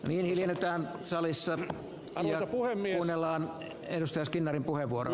miliisi eletään salissa on paljon apua mielellään edes hyvät kollegat